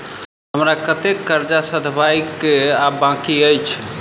हमरा कतेक कर्जा सधाबई केँ आ बाकी अछि?